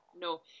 no